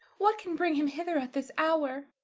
what can bring him hither at this hour?